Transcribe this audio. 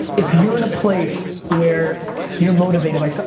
if you're in a place where you're motivated by,